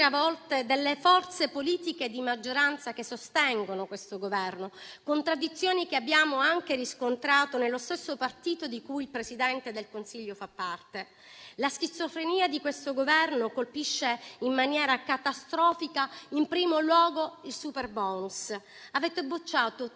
giravolte delle forze politiche di maggioranza che sostengono questo Governo, contraddizioni che abbiamo anche riscontrato nello stesso partito di cui il Presidente del Consiglio fa parte. La schizofrenia di questo Governo colpisce in maniera catastrofica in primo luogo il superbonus. Avete bocciato